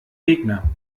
gegner